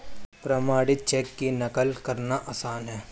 प्रमाणित चेक की नक़ल करना आसान है